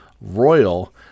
Royal